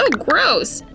ah gross!